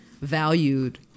valued